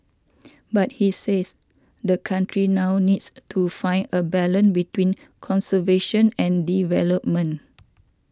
but he says the country now needs to find a balance between conservation and development